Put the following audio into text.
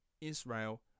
Israel